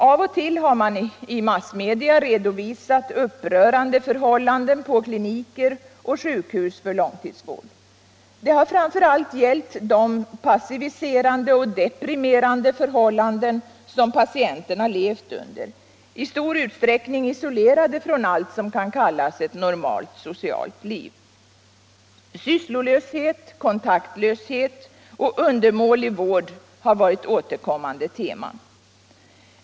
Av och till har man i massmedia redovisat upprörande förhållanden på kliniker och sjukhus för långtidsvård. Det har framför allt gällt de passiviserande och deprimerande förhållanden som patienterna levt under, i stor utsträckning isolerade från allt som kan kallas ett normalt socialt liv. Sysslolöshet, kontaktlöshet och undermålig vård har varit återkommande teman.